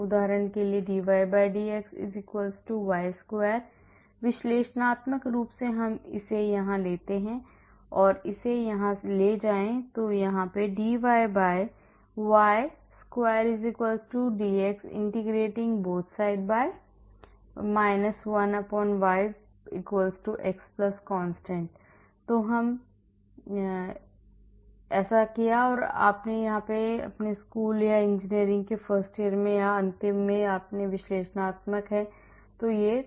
उदाहरण के लिए यदि dydx y square विश्लेषणात्मक रूप से हम इसे यहाँ लेते हैं तो इसे यहाँ ले जाएँ कि यहाँ dyy square dx integrating both sides - 1y x constant तो यह हम में किया जाना चाहिए अपने स्कूल या यहां तक कि अपने इंजीनियरिंग में पहले वर्ष और वास्तव में अंतिम तो अगर यह विश्लेषणात्मक है तो जीवन आसान है